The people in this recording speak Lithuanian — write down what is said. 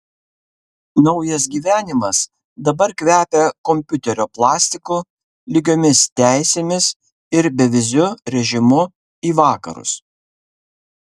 naujas gyvenimas dabar kvepia kompiuterio plastiku lygiomis teisėmis ir beviziu režimu į vakarus